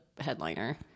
headliner